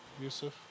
Yusuf